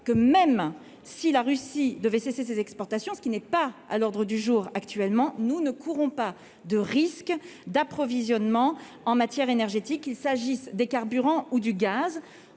que même si la Russie devait cesser ses exportations, ce qui n'est pas à l'ordre du jour actuellement nous ne courons pas de risque d'approvisionnement en matière énergétique, qu'il s'agisse des carburants ou du gaz